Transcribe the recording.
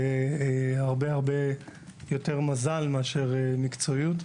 זה הרבה יותר מזל מאשר מקצועיות.